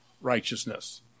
righteousness